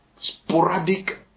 sporadic